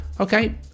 Okay